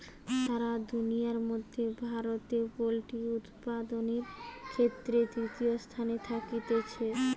সারা দুনিয়ার মধ্যে ভারতে পোল্ট্রি উপাদানের ক্ষেত্রে তৃতীয় স্থানে থাকতিছে